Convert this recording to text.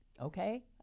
Okay